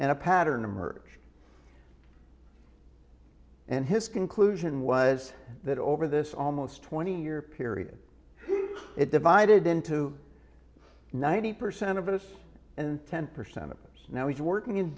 and a pattern emerge and his conclusion was that over this almost twenty year period it divided into ninety percent of us and ten percent appears now he's working in